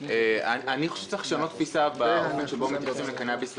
אני חושב שצריך לשנות תפיסה באופן שמתייחסים לקנאביס רפואי.